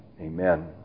Amen